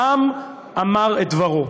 העם אמר את דברו.